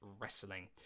Wrestling